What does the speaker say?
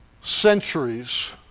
centuries